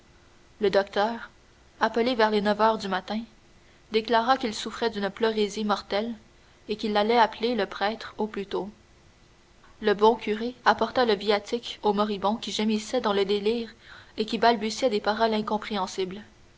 le docteur appelé vers les neuf heures du matin déclara qu'il souffrait d'une pleurésie mortelle et qu'il l'allait appeler le prêtre au plus tôt le bon curé apporta le viatique au moribond qui gémissait dans le délire et qui balbutiait des paroles incompréhensibles